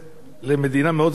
למדינה מאוד רחוקה.